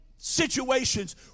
Situations